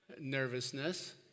nervousness